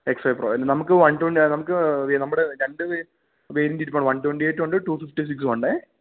X pro നമുക്ക് നമ്മുടെ കയ്യില് രണ്ട് വേരിയൻ്റ് ഇരിപ്പുണ്ട് വൺ ടൊൻ്റി എയിറ്റുമുണ്ട് ടു ഫിഫ്റ്റി സിക്സുമുണ്ട്